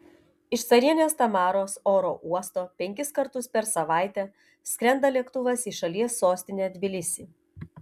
iš carienės tamaros oro uosto penkis kartus per savaitę skrenda lėktuvas į šalies sostinę tbilisį